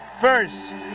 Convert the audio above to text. first